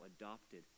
adopted